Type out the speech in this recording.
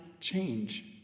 change